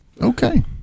Okay